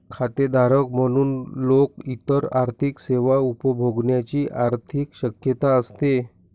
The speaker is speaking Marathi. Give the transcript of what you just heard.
खातेधारक म्हणून लोक इतर आर्थिक सेवा उपभोगण्याची अधिक शक्यता असते